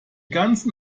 ganzen